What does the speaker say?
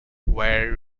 were